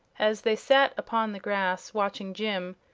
as they sat upon the grass watching jim,